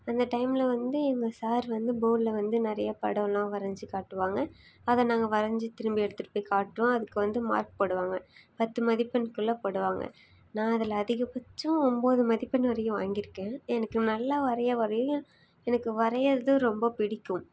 அந்த டைம்மில் வந்து எங்கள் சார் வந்து போர்ட்ல வந்து நிறைய படலாம் வரஞ்சு காட்டுவாங்க அதை நாங்கள் வரஞ்சு திரும்ப எடுத்துகிட்டு போய் காட்டுவோம் அதுக்கு வந்து மார்க் போடுவாங்க பத்து மதிப்பெண் குள்ளே போடுவாங்க நான் அதில் அதிகபட்சம் ஒம்பது மதிப்பெண் வரையும் வாங்கி இருக்கன் எனக்கு நல்லா வரைய வரும் எனக்கு வரையிறது ரொம்ப பிடிக்கும்